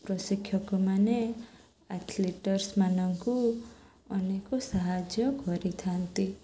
ପ୍ରଶିକ୍ଷକମାନେ ଆଥଲେଟର୍ମାନଙ୍କୁ ଅନେକ ସାହାଯ୍ୟ କରିଥାନ୍ତି